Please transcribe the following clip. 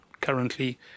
currently